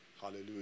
Hallelujah